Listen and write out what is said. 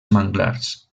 manglars